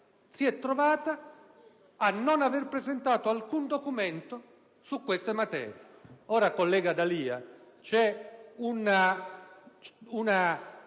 si è trovata a non aver presentato alcun documento su queste materie.